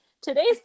Today's